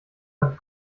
hat